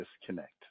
disconnect